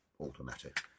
automatic